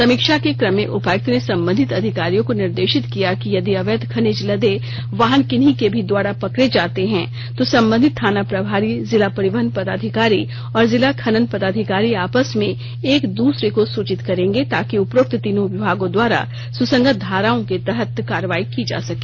समीक्षा के क्रम में उपायुक्त ने संबंधित अधिकारियों को निर्देशित किया कि यदि अवैध खनिज लदे वाहन किन्हीं के भी द्वारा पकड़े जाते हैं तो संबंधित थाना प्रभारी जिला परिवहन पदाधिकारी और जिला खनन पदाधिकारी आपस में एक दूसरे को सूचित करेंगे ताकि उपरोक्त तीनों विभागों द्वारा सुसंगत धाराओं के तहत कार्रवाई की जा सके